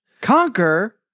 conquer